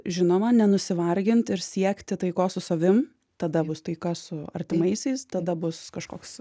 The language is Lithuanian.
žinoma nenusivargint ir siekti taikos su savim tada bus taika su artimaisiais tada bus kažkoks